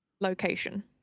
location